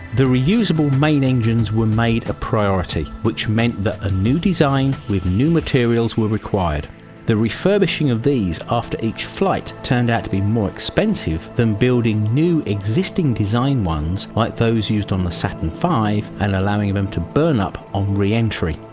the reusable main engines were made a priority which meant that a new design with new materials were required the refurbishing of these after each flight turned out to be more expensive than building new existing design ones like those used on the saturn v and allowing them to burn up on re-entry.